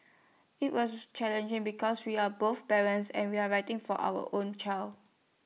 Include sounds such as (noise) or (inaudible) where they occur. IT was (hesitation) challenging because we are both parents and we're writing for our own child